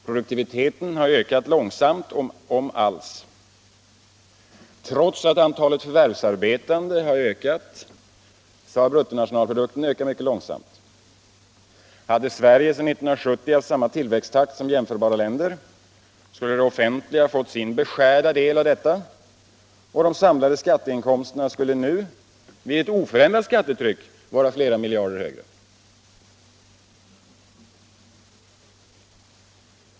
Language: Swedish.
Produktiviteten har ökat långsamt — om alls. Trots att antalet förvärvsarbetande ökat har bruttonationalprodukten ökat mycket långsamt. Hade Sverige sedan 1970 haft samma tillväxttakt som jämförbara länder skulle det offentliga fått sin beskärda del av detta, och de samlade skatteinkomsterna skulle nu, vid ett oförändrat skattetryck, vara flera miljarder högre.